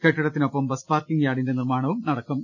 കെട്ടിടത്തിനൊപ്പം bus parking യാർഡിന്റെ നിർമാണവും നടക്കും